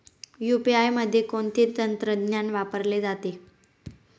UPI मध्ये कोणते तंत्रज्ञान वापरले जाते?